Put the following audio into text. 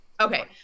Okay